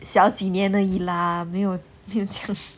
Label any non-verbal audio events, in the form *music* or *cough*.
小几年而已 lah 没有这样 *breath*